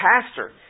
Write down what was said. pastor